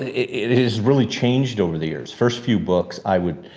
it has really changed over the years. first few books i would,